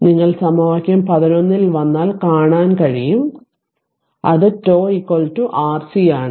നിങ്ങൾ സമവാക്യം 11 ൽ വന്നാൽ കാണാൻ കഴിയും അത് τ RC ആണ്